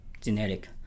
genetic